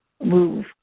move